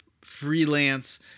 freelance